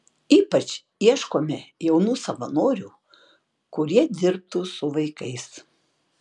ypač ieškome jaunų savanorių kurie dirbtų su vaikais